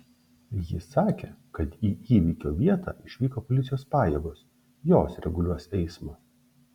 ji sakė kad į įvykio vietą išvyko policijos pajėgos jos reguliuos eismą